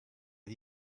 but